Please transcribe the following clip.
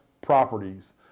properties